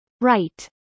Right